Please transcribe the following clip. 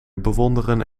bewonderen